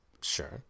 Sure